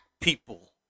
people